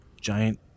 giant